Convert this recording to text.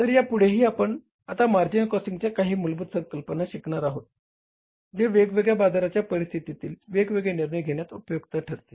तर या पुढेही आपण आता मार्जिनल कॉस्टिंगच्या काही मूलभूत संकल्पना शिकणार आहोत जे वेगवेगळ्या बाजाराच्या परिस्थितीत वेगवेगळे निर्णय घेण्यात उपयुक्त ठरतील